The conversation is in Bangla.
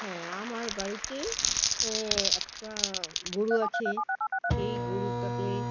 হ্যাঁ আমার বাড়িতে একটা গরু আছে সেই গরুটাকে